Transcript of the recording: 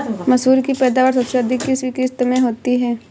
मसूर की पैदावार सबसे अधिक किस किश्त में होती है?